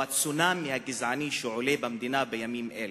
או הצונאמי הגזעני שעולה במדינה בימים אלה,